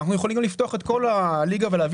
אנחנו יכולים גם לפתוח את כל הליגה ולהביא